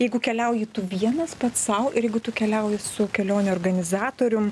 jeigu keliauji tu vienas pats sau ir jeigu tu keliauji su kelionių organizatorium